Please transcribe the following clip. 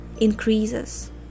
increases